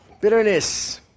Bitterness